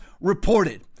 reported